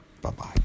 Bye-bye